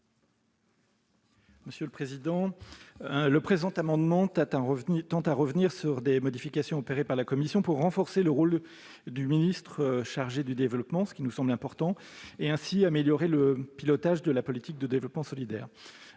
commission ? Le présent amendement tend à revenir sur des modifications opérées par la commission pour renforcer le rôle du ministre chargé du développement, et ainsi améliorer le pilotage de la politique de développement solidaire.